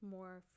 more